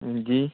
जी